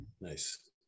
Nice